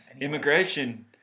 Immigration